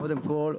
קודם כל,